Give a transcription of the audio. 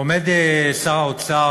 עומד שר האוצר,